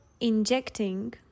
injecting